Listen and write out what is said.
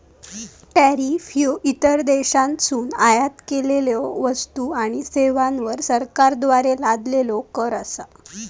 tariff ह्यो इतर देशांतसून आयात केलेल्यो वस्तू आणि सेवांवर सरकारद्वारा लादलेलो कर असा